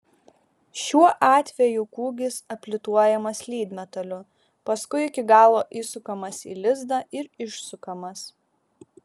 šiuo atveju kūgis aplituojamas lydmetaliu paskui iki galo įsukamas į lizdą ir išsukamas